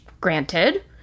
granted